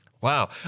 Wow